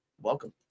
Welcome